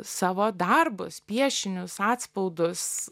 savo darbus piešinius atspaudus